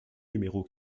numéro